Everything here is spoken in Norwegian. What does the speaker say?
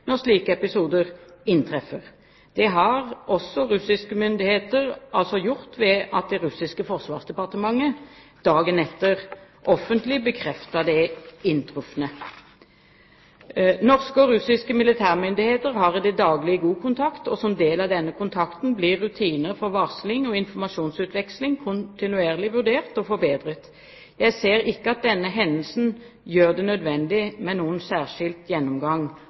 når slike episoder inntreffer. Det har også russiske myndigheter gjort ved at det russiske forsvarsdepartementet dagen etter offentlig bekreftet det inntrufne. Norske og russiske militærmyndigheter har i det daglige god kontakt. Som del av denne kontakten blir rutiner for varsling og informasjonsutveksling kontinuerlig vurdert og forbedret. Jeg ser ikke at denne hendelsen gjør det nødvendig med noen særskilt gjennomgang